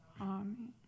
Amen